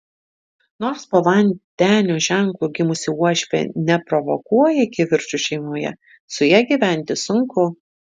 nors po vandenio ženklu gimusi uošvė neprovokuoja kivirčų šeimoje su ja gyventi sunku